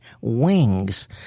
wings